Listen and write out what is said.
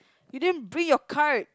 you didn't bring your card